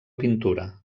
pintura